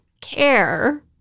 care